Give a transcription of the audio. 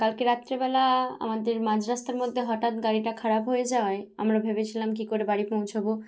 কালকে রাত্রিবেলা আমাদের মাঝ রাস্তার মধ্যে হঠাৎ গাড়িটা খারাপ হয়ে যাওয়ায় আমরা ভেবেছিলাম কী করে বাড়ি পৌঁছোবো